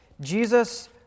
Jesus